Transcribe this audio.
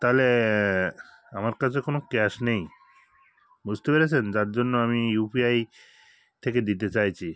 তাহলে আমার কাছে কোনো ক্যাশ নেই বুঝতে পেরেছেন যার জন্য আমি ইউপিআই থেকে দিতে চাইছি